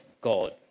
God